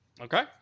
Okay